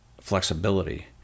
flexibility